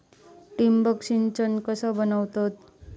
ठिबक सिंचन कसा बनवतत?